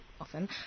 often